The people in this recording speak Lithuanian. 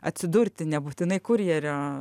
atsidurti nebūtinai kurjerio